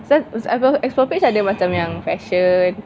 explore page ada macam yang fashion